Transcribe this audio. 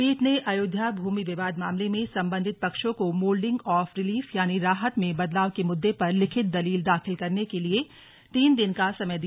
पीठ ने अयोध्या भूमि विवाद मामले में संबंधित पक्षों को मोल्डिंग ऑफ रिलीफ यानि राहत में बदलाव के मुद्दे पर लिखित दलील दाखिल करने के लिये तीन दिन का समय दिया